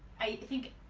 i think